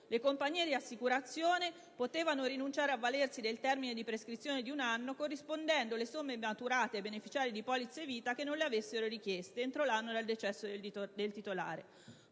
Le compagnie di assicurazione potevano rinunciare ad avvalersi del termine di prescrizione di un anno corrispondendo le somme maturate dai beneficiari di polizze vita che non le avessero richieste entro l'anno dal decesso del titolare.